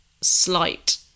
slight